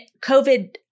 COVID